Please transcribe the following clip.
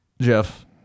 Jeff